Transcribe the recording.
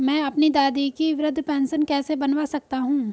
मैं अपनी दादी की वृद्ध पेंशन कैसे बनवा सकता हूँ?